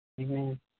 Amen